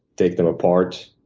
take them apart,